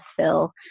fill